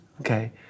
Okay